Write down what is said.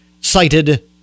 cited